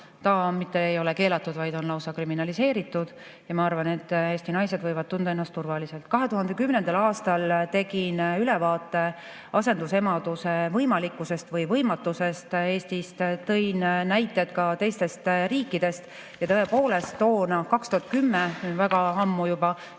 mitte ainult keelatud, vaid on lausa kriminaliseeritud, nii et ma arvan, et Eesti naised võivad tunda ennast turvaliselt. 2010. aastal tegin ülevaate asendusemaduse võimalikkusest või võimatusest Eestis. Tõin näiteid ka teistest riikidest. Ja tõepoolest toona – 2010, väga ammu juba